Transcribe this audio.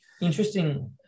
Interesting